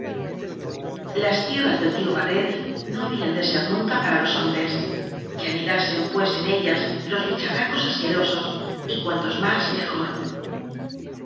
las tierras del lio barret no habían de ser nunca para los hombres que anidasen pues en ellas los bicharracos asquerosos y cuantos más mejor